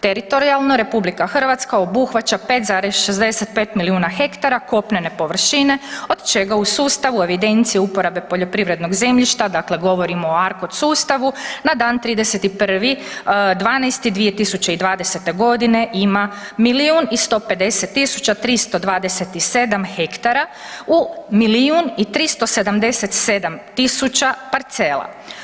Teritorijalno RH obuhvaća 5,65 milijuna hektara kopnene površine od čega u sustavu evidencije uporabe poljoprivrednog zemljišta, dakle govorimo ARKOD sustavu, na dan 31.12.2020. godine ima milijun i 150 tisuća 327 hektara u milijun i 377 tisuća parcela.